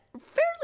fairly